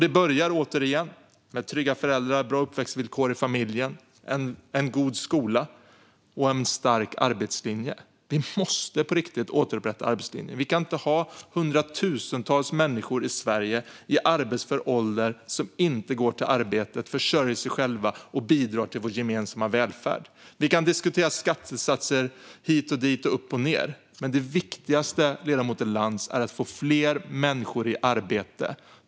Det börjar, återigen, med trygga föräldrar, bra uppväxtvillkor i familjen, en god skola och en stark arbetslinje. Vi måste på riktigt återupprätta arbetslinjen. Vi kan inte ha hundratusentals människor i Sverige i arbetsför ålder som inte går till arbetet, försörjer sig själva och bidrar till vår gemensamma välfärd. Vi kan diskutera skattesatser hit och dit och upp och ned, men det viktigaste, ledamoten Lantz, är att få fler människor i arbete.